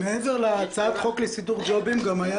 מעבר להצעת החוק לסידור ג'ובים גם הייתה